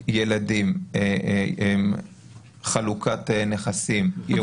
מזונות, ילדים, חלוקת נכסים, ירושות, צוואות.